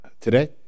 today